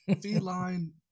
Feline